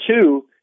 two